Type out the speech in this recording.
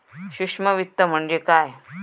सूक्ष्म वित्त म्हणजे काय?